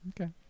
Okay